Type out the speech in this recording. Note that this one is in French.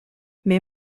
mais